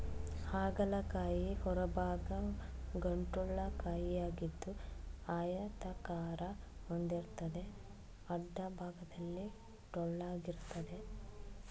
ಹಾಗಲ ಕಾಯಿ ಹೊರಭಾಗ ಗಂಟುಳ್ಳ ಕಾಯಿಯಾಗಿದ್ದು ಆಯತಾಕಾರ ಹೊಂದಿರ್ತದೆ ಅಡ್ಡಭಾಗದಲ್ಲಿ ಟೊಳ್ಳಾಗಿರ್ತದೆ